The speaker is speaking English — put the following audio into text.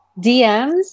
DMS